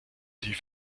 die